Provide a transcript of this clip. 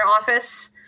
office